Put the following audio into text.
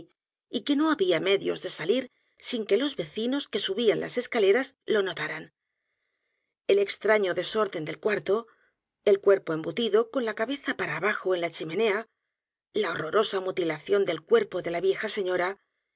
y que no había medios de salir sin que los vecinos que subían las escaleras lo notaran el extraño desorden del c u a r t o el cuerpo embutido con la cabeza p a r a abajo en la chimenea la horrorosa mutilación del cuerpo de la vieja señora